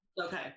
Okay